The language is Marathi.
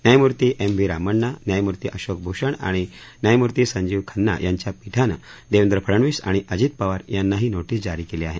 न्यायमूर्ती एन व्ही रामण्णा न्यायमूर्ती अशोक भूषण आणि न्यायमूर्ती संजीव खन्ना यांच्या पीठानं देवेंद्र फडनवीस आणि अजित पवार यांनाही नोरिझे जारी केली आहे